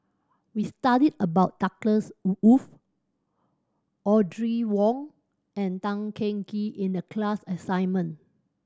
we studied about Douglas Audrey Wong and Tan Teng Kee in the class assignment